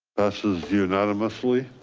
passes unanimously.